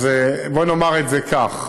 אז בואי נאמר את זה כך: